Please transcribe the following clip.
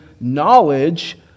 knowledge